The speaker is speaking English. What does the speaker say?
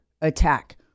attack